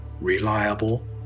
reliable